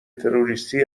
تروریستی